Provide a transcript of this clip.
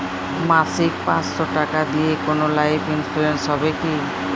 মাসিক পাঁচশো টাকা দিয়ে কোনো লাইফ ইন্সুরেন্স হবে কি?